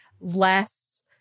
less